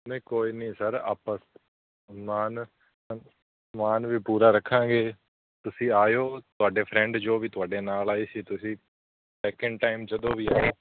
ਨਹੀਂ ਕੋਈ ਨਹੀਂ ਸਰ ਆਪਾਂ ਸਮਾਨ ਸਮਾਨ ਵੀ ਪੂਰਾ ਰੱਖਾਂਗੇ ਤੁਸੀਂ ਆਇਓ ਤੁਹਾਡੇ ਫਰੈਂਡ ਜੋ ਵੀ ਤੁਹਾਡੇ ਨਾਲ ਆਏ ਸੀ ਤੁਸੀਂ ਸੈਕੰਡ ਟਾਈਮ ਜਦੋਂ ਵੀ ਆਏ